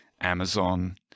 Amazon